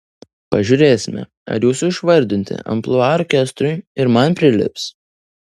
pažiūrėsime ar jūsų išvardinti amplua orkestrui ir man prilips